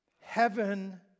Heaven